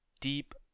Deep